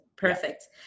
Perfect